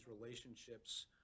relationships